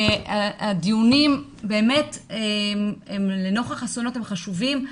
הדיונים לנוכח אסונות הם חשובים,